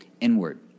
inward